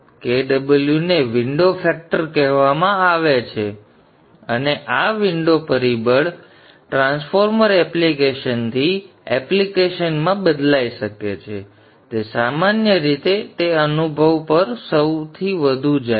તેથી Kw ને window factor કહેવામાં આવે છે અને આ વિન્ડો પરિબળ ટ્રાન્સફોર્મર એપ્લિકેશનથી એપ્લિકેશનમાં બદલાઇ શકે છે પરંતુ તે સામાન્ય રીતે તે અનુભવ પર સૌથી વધુ જાય છે